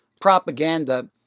propaganda